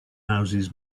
houses